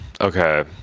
Okay